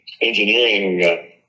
engineering